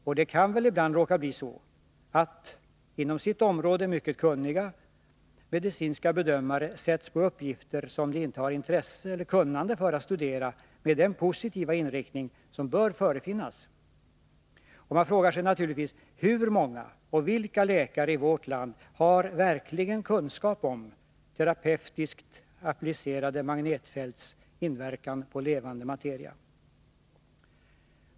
Och det kan väl ibland råka bli så att — inom sitt område mycket kunniga — medicinska bedömare sätts på uppgifter som de inte har intresse eller kunnande för att studera med den positiva inriktning som bör förefinnas. Man frågar sig naturligtvis: Hur många och vilka läkare i vårt land har verklig kunskap om terapeutiskt applicerade magnetfälts inverkan på levande materia.